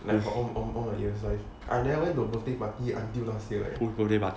like all all my years life I've never go to a birthday party until last year leh